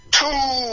two